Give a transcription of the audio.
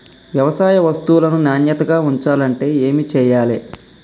వ్యవసాయ వస్తువులను నాణ్యతగా ఉంచాలంటే ఏమి చెయ్యాలే?